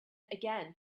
again